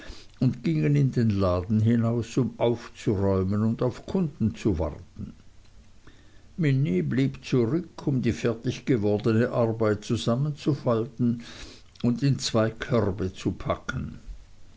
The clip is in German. und gingen in den laden hinaus um aufzuräumen und auf kunden zu warten minnie blieb zurück um die fertig gewordne arbeit zusammenzufalten und in zwei körbe zu packen